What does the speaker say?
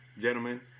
gentlemen